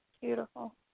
Beautiful